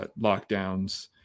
lockdowns